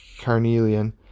carnelian